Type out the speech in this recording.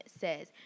says